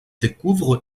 découvrent